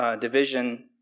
division